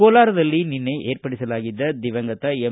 ಕೋಲಾರದಲ್ಲಿ ನಿನ್ನೆ ಏರ್ಪಡಿಸಲಾಗಿದ್ದ ದಿವಂಗತ ಎಂ